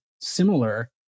similar